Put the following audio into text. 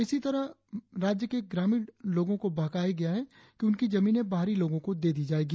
इसी तहर राज्य के ग्रामीण लोगों को बहकाया गया है कि उनकी जमीनें बाहरी लोगों को दे दी जाएगी